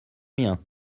mien